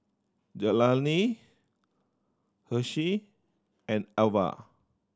Jelani Hershel and Alver